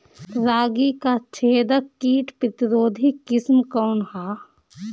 रागी क छेदक किट प्रतिरोधी किस्म कौन ह?